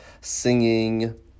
singing